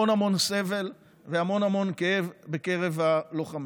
חוסך המון המון סבל והמון המון כאב בקרב הלוחמים.